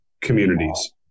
communities